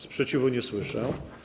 Sprzeciwu nie słyszę.